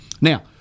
Now